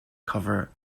cover